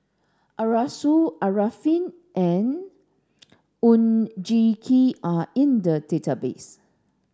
Arasu Arifin and Oon Jin Gee are in the database